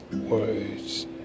words